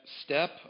step